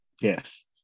Yes